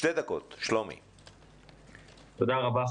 תודה רבה.